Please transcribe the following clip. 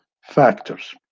factors